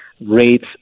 rates